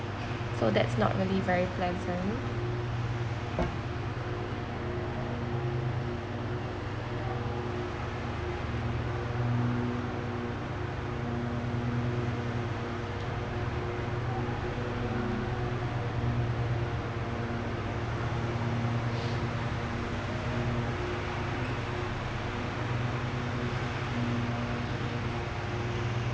so that's not really very pleasant